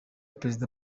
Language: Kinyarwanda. perezida